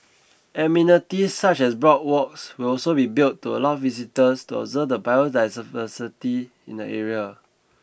amenities such as boardwalks will also be built to allow visitors to observe the biodiversity in the area